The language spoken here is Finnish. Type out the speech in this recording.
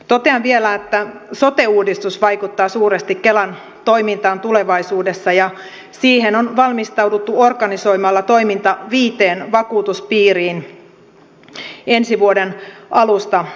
totean vielä että sote uudistus vaikuttaa suuresti kelan toimintaan tulevaisuudessa ja siihen on valmistauduttu organisoimalla toiminta viiteen vakuutuspiiriin ensi vuoden alusta lähtien